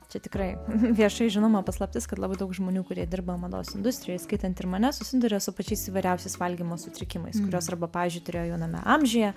čia tikrai viešai žinoma paslaptis kad labai daug žmonių kurie dirba mados industrijoj įskaitant ir mane susiduria su pačiais įvairiausiais valgymo sutrikimais kuriuos arba pavyzdžiui turėjo jauname amžiuje